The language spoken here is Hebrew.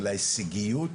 של ההישגיות,